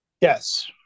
Yes